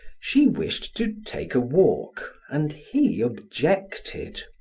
she wished to take a walk and he objected.